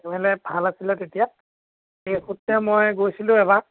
মানে ভাল আছিলে তেতিয়া সেই মই গৈছিলোঁ এবাৰ